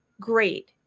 great